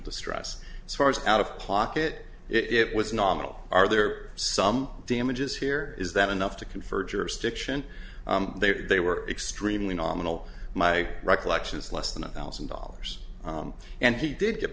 distress as far as out of pocket it was nominal are there some damages here is that enough to confer jurisdiction they they were extremely nominal my recollection is less than a thousand dollars and he did get